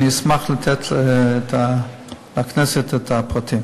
אני אשמח לתת לכנסת את הפרטים.